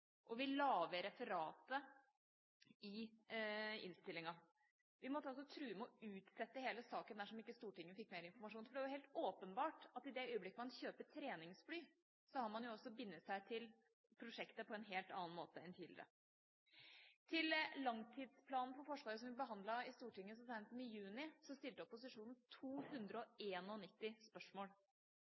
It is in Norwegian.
og vi la ved referatet i innstillinga. Vi måtte true med å utsette hele saken dersom ikke Stortinget fikk mer informasjon. Det er helt åpenbart at i det øyeblikket man kjøper treningsfly, har man bundet seg til prosjektet på en helt annen måte enn tidligere. Til langtidsplanen for Forsvaret, som vi behandlet i Stortinget så sent som i juni, stilte opposisjonen 291 spørsmål. Det må gjerne være sånn at representanten Myrli og